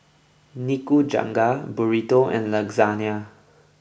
Nikujaga Burrito and Lasagna